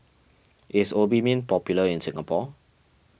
is Obimin popular in Singapore